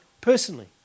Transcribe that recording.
personally